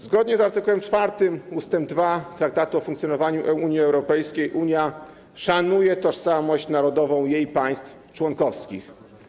Zgodnie z art. 4 ust. 2 Traktatu o funkcjonowaniu Unii Europejskiej Unia szanuje tożsamość narodową jej państw członkowskich.